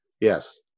Yes